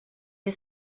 des